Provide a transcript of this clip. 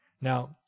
Now